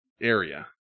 area